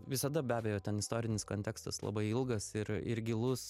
visada be abejo ten istorinis kontekstas labai ilgas ir ir gilus